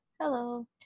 Hello